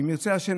ואם ירצה השם,